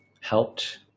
helped